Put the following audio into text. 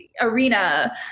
arena